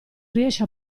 riesce